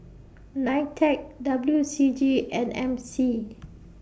NITEC W C G and M C